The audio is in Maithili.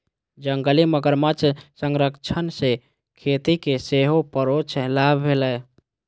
जंगली मगरमच्छ संरक्षण सं खेती कें सेहो परोक्ष लाभ भेलैए